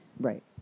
Right